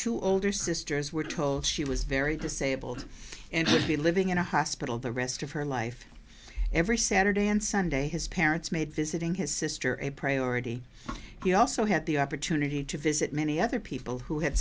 two older sisters were told she was very disabled and would be living in a hospital the rest of her life every saturday and sunday his parents made visiting his sister a priority he also had the opportunity to visit many other people who ha